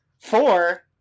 Four